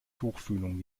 tuchfühlung